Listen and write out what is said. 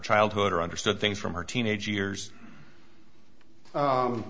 childhood or understood things from her teenage years